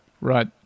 right